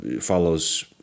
follows